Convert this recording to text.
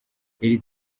iri